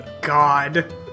God